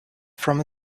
from